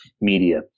media